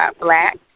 Black